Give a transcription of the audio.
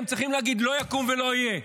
הם צריכים להגיד: לא יקום ולא יהיה.